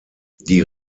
die